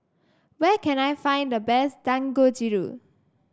where can I find the best Dangojiru